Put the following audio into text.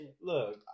Look